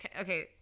okay